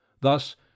thus